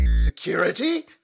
Security